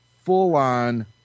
full-on